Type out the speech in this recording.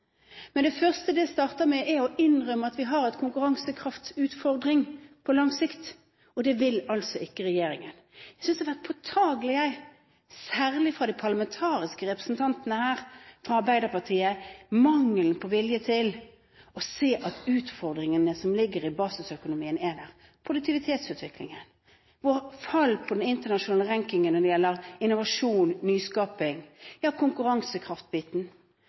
Men det første det starter med, er å innrømme at vi har en konkurransekraftutfordring på lang sikt. Det vil altså ikke regjeringen. Jeg synes det har vært påtagelig, særlig fra de parlamentariske representantene fra Arbeiderpartiet, den mangelen på vilje til å se at utfordringene som ligger i basisøkonomien, er der – produktivitetsutviklingen, vårt fall på den internasjonale rankingen når det gjelder innovasjon, nyskaping, ja konkurransekraftbiten.